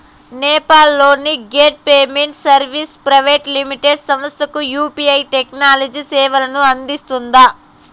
నేపాల్ లోని gateway payment services private limited సంస్థకు UPI technology సేవలను అందిస్తుందా?